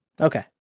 Okay